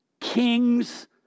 Kings